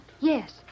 Yes